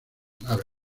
nave